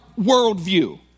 worldview